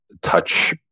touch